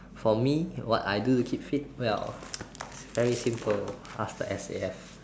for me what I do to keep fit well very simple ask the S_A_F